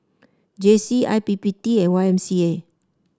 J C I P P T and Y M C A